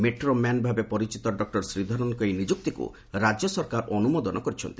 metro man ଭାବେ ପରିଚିତ doctor ଶ୍ରୀଧରନ୍ଙ୍କ ଏହି ନିଯୁକ୍ତିକୁ ରାଜ୍ୟ ସରକାର ଅନୁମୋଦନ କରିଛନ୍ତି